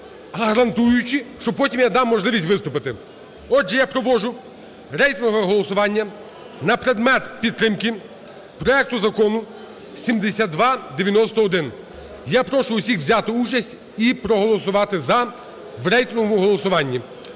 гарантуючи, що потім я дам можливість виступити. Отже, я провожу рейтингове голосування на предмет підтримки проекту Закону 7291. Я прошу усіх взяти участь і проголосувати "за" в рейтинговому голосуванні.